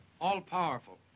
all-powerful